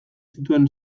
zituen